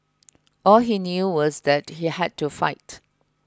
all he knew was that he had to fight